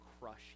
crush